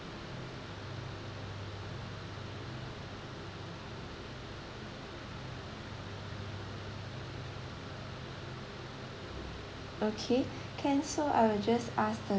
okay can so I'll just ask the